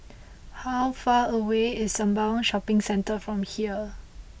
how far away is Sembawang Shopping Centre from here